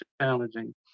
challenging